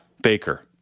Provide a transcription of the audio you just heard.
Baker